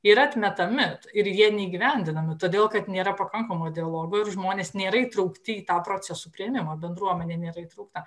yra atmetami ir jie neįgyvendinami todėl kad nėra pakankamo dialogo ir žmonės nėra įtraukti į tą procesų priėmimą bendruomenė nėra įtraukta